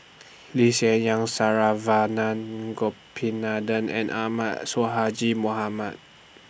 Lee Hsien Yang Saravanan Gopinathan and Ahmad Sonhadji Mohamad